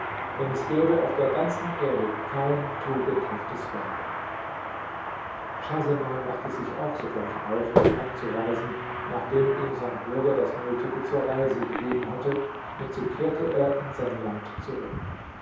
denn es gäbe auf der ganzen erde kein tugendhaftes weib schahseman machte sich auch sogleich auf um abzureisen nachdem ihm sein bruder das nötige zur reise gegeben hatte und so kehrte er in sein land zurück